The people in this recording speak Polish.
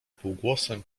półgłosem